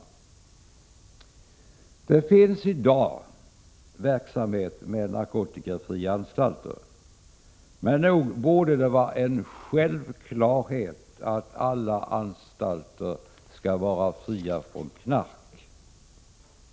Det finns i dag verksamhet med narkotikafria anstalter. Men nog borde det vara en självklarhet att alla anstalter skall vara fria från knark.